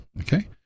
okay